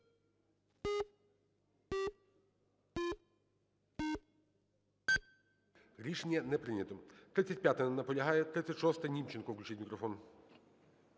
Рішення не прийнято. 35-а. Не наполягає. 36-а. Німченко включіть мікрофон.